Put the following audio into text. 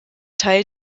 teil